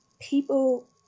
people